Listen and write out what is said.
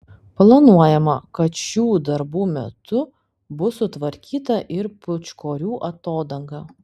planuojama kad šių darbų metu bus sutvarkyta ir pūčkorių atodanga